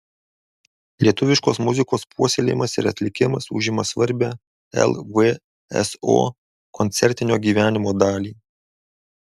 lietuviškos muzikos puoselėjimas ir atlikimas užima svarbią lvso koncertinio gyvenimo dalį